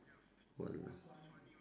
what ah